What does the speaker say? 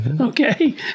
Okay